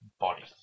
bodies